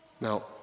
Now